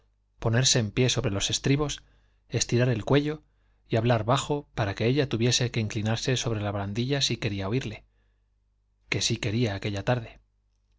ponerse en pie sobre los estribos estirar el cuello y hablar bajo para que ella tuviese que inclinarse sobre la barandilla si quería oírle que sí quería aquella tarde